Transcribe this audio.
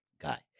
guy